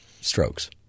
strokes